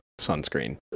sunscreen